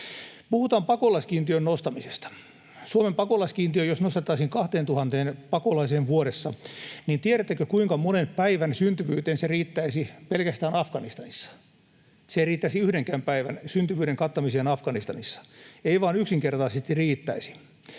Puhutaan pakolaiskiintiön nostamisesta. Suomen pakolaiskiintiö jos nostettaisiin 2 000 pakolaiseen vuodessa, niin tiedättekö, kuinka monen päivän syntyvyyteen se riittäisi pelkästään Afganistanissa? Se ei riittäisi yhdenkään päivän syntyvyyden kattamiseen Afganistanissa — ei vain yksinkertaisesti riittäisi.